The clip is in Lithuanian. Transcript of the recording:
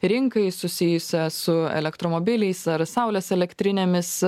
rinkai susijusią su elektromobiliais ar saulės elektrinėmis